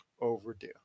overdue